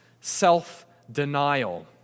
self-denial